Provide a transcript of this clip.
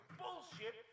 bullshit